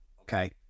Okay